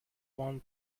one